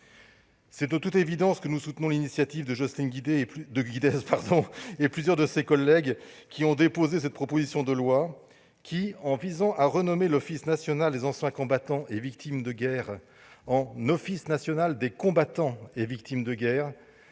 près de Gao. Bien évidemment, nous soutenons l'initiative de Jocelyne Guidez et de plusieurs de ses collègues, qui ont déposé cette proposition de loi. En visant à renommer l'« Office national des anciens combattants et victimes de guerre » en « Office national des combattants et des victimes de guerre